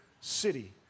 city